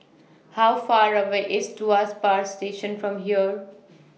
How Far away IS Tuas Power Station from here